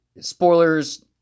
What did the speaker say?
spoilers